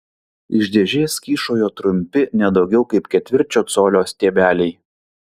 iš dėžės kyšojo trumpi ne daugiau kaip ketvirčio colio stiebeliai